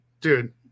Dude